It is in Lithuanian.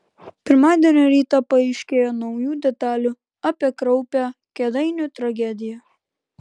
pirmadienio rytą paaiškėjo naujų detalių apie kraupią kėdainių tragediją